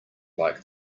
like